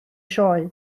sioe